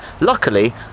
luckily